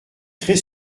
très